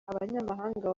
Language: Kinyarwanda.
abanyamahanga